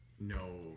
No